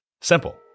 Simple